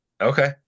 Okay